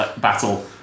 battle